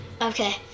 Okay